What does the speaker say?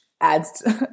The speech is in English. adds